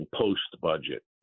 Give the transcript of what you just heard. post-budget